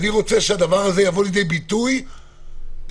אני רוצה שהדבר הזה יבוא לידי ביטוי בחקיקה,